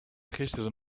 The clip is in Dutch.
gisteren